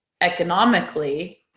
Economically